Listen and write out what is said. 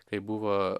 kai buvo